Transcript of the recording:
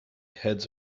heads